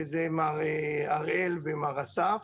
הראל ואסף,